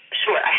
sure